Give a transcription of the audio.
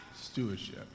stewardship